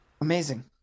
Amazing